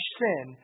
sin